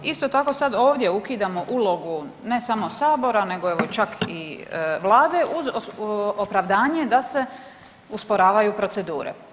Isto tako, sad ovdje ukidamo ulogu, ne samo i Sabora nego evo, čak i Vlade uz opravdanje da se usporavaju procedure.